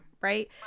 right